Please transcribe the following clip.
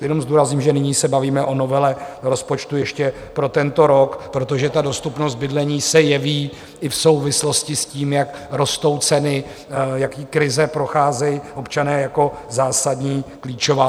Jenom zdůrazním, že nyní se bavíme o novele rozpočtu ještě pro tento rok, protože dostupnost bydlení se jeví i v souvislosti s tím, jak rostou ceny, jakými krizemi procházejí občané, jako zásadní, klíčová.